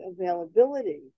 availability